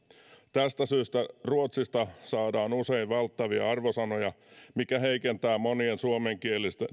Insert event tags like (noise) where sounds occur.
tästä syystä ruotsista saadaan usein välttäviä arvosanoja mikä heikentää monien suomenkielisten (unintelligible)